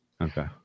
Okay